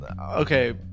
okay